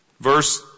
Verse